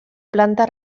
planta